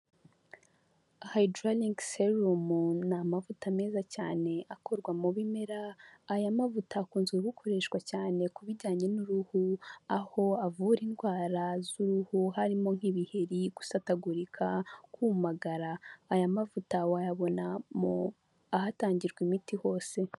Hydraling Serum ni amavuta meza cyane akorwa mu bimera, aya mavuta akunzwe gukoreshwa cyane ku bijyanye n'uruhu, aho avura indwara z'uruhu, harimo nk'ibiheri, gusatagurika, kumagara. Aya mavuta wayabona mu ahatangirwa imiti hose.